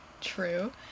true